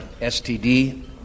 STD